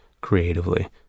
creatively